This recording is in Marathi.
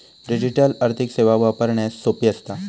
डिजिटल आर्थिक सेवा वापरण्यास सोपी असता